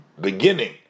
beginning